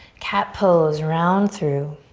cat pose, round through.